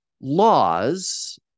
laws